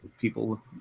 people